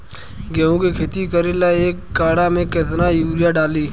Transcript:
गेहूं के खेती करे ला एक काठा में केतना युरीयाँ डाली?